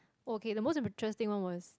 okay the most interesting one was